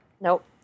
Nope